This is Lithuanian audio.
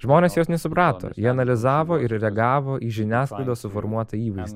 žmonės jos nesuprato jie analizavo ir reagavo į žiniasklaidos suformuotą įvaizdį